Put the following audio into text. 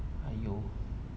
!aiyo!